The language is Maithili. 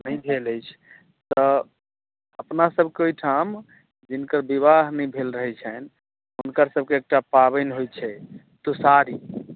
नहि भेल अछि तऽ अपना सबके ओहिठाम जिनकर विवाह नहि भेल रहै छनि हुनकर सबके एकटा पाबनि होइ छै तुषारी